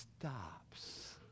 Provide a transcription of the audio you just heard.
stops